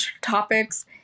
topics